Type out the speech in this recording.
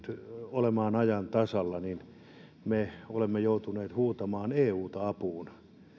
olemaan ajan tasalla me olemme joutuneet huutamaan euta apuun